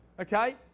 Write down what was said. Okay